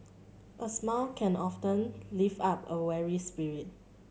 a smile can often lift up a weary spirit